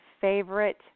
favorite